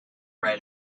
red